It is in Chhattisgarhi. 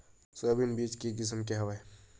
सोयाबीन के बीज के किसम के हवय?